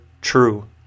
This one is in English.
true